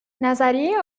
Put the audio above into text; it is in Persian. نظریه